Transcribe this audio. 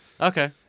Okay